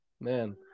man